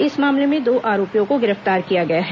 इस मामले में दो आरोपियों को गिरफ्तार किया गया है